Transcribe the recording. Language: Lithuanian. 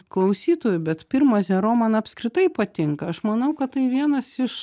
klausytojų bet pirmas zero man apskritai patinka aš manau kad tai vienas iš